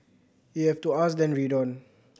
if you have to ask then read on